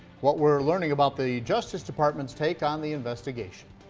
what we're learning about the justice department's take on the investigation.